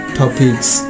topics